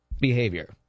behavior